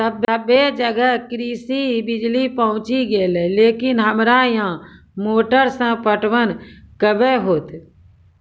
सबे जगह कृषि बिज़ली पहुंची गेलै लेकिन हमरा यहाँ मोटर से पटवन कबे होतय?